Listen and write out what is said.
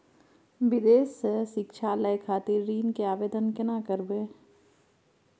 विदेश से शिक्षा लय खातिर ऋण के आवदेन केना करबे?